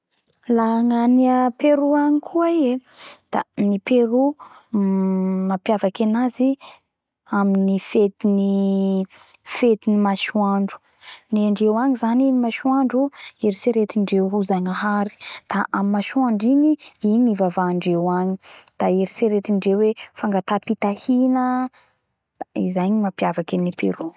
La gna ny a Perou agny koa i e da ny Perou mapiavaky anazy i amin ny fetiny fetiny masoandro ny andreo agny zany ny masoandro eritseretindreo ho Zagnahary da aminy masoandro igny igny ivavahandreo agny da eritseretinreo hoe fangatahampitahina izay mapiavaky ny a Perou